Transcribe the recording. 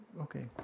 Okay